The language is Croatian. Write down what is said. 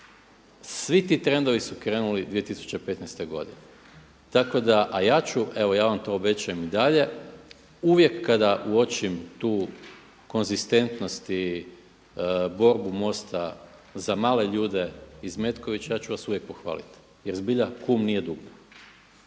Svi ti trendovi su krenuli 2015. godine, a ja vam to obećajem i dalje, uvijek kada uočim tu konzistentnost i borbu MOST-a za male ljude iz Metkovića, ja ću vas uvijek pohvaliti. Jer, zbilja kum nije dugme.